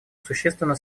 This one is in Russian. существенно